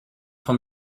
for